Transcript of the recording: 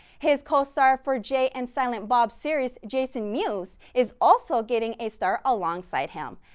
his co-star for jay and silent bob series jason mewes is also getting a star alongside him.